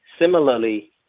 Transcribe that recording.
similarly